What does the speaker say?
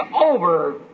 over